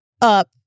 up